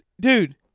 dude